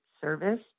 service